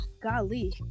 golly